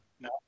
No